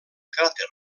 cràter